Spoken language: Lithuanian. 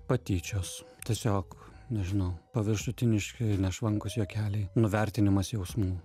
patyčios tiesiog nežinau paviršutiniški ir nešvankūs juokeliai nuvertinimas jausmų